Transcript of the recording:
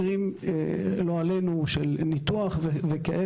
של ניתוח לא עלינו.